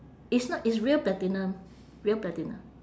it's not it's real platinum real platinum